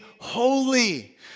holy